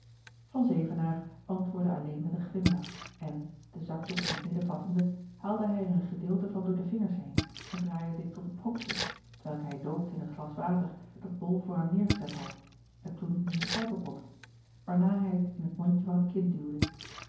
van zevenaer antwoordde alleen met een glimlach en den zakdoek in t midden vattende haalde hij er een gedeelte van door de vingers heen en draaide dit tot een propje t welk hij doopte in het glas water dat bol voor hem neêrgezet had en toen in de suikerpot waarna hij het in het mondje van het kind duwde